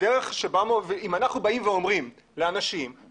ואם אנחנו באים ואומים לאנשים,